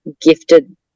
gifted